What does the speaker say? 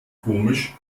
komisch